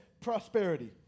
prosperity